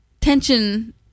tension